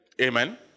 Amen